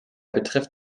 betrifft